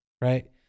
Right